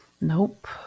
Nope